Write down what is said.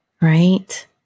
right